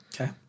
Okay